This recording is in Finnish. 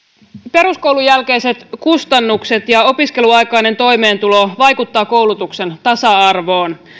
peruskoulun jälkeiset kustannukset ja opiskeluaikainen toimeentulo vaikuttavat koulutuksen tasa arvoon